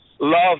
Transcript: Love